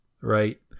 right